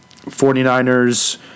49ers